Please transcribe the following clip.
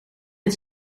het